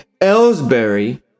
Ellsbury